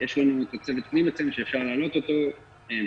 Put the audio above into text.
יש לנו את צוות --- שאפשר להעלות אותו ולדבר